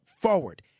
forward